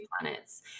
planets